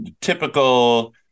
typical